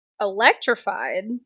Electrified